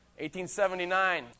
1879